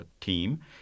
team